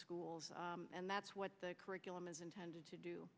schools and that's what the curriculum is intended to